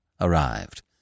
arrived